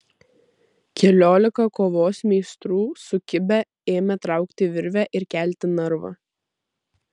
keliolika kovos meistrų sukibę ėmė traukti virvę ir kelti narvą